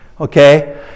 okay